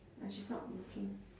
but she's not looking